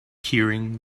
keyring